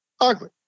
ugly